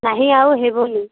ନାହିଁ ଆଉ ହେବନି